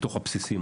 מתוך הבסיסים,